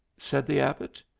said the abbot.